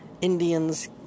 Indians